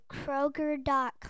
Kroger.com